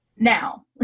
Now